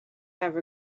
have